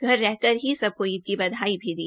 घर रहकर ही सबको ईद की बधाई भी दी